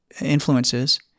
influences